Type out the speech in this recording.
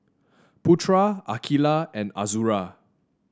Putra Aqilah and Azura